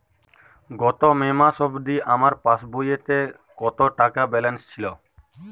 গত মে মাস অবধি আমার পাসবইতে কত টাকা ব্যালেন্স ছিল?